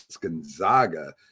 Gonzaga